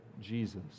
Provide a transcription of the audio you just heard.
Jesus